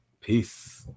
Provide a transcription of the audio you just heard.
Peace